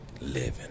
living